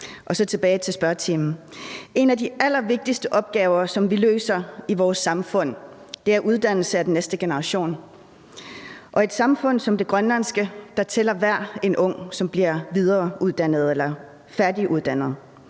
Og så tilbage til spørgetimen. En af de allervigtigste opgaver, som vi løser i vores samfund, er uddannelsen af den næste generation, og i et samfund som det grønlandske tæller hver en ung, som bliver videreuddannet eller færdiguddannet.